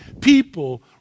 people